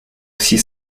six